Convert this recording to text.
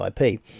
IP